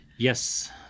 Yes